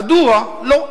א-דורה, לא.